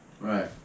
right